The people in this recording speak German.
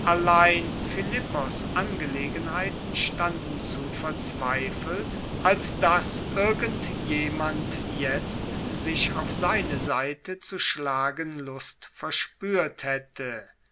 allein philippos angelegenheiten standen zu verzweifelt als dass irgend jemand jetzt sich auf seine seite zu schlagen lust verspuert haette